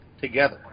together